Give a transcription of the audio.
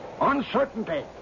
Uncertainty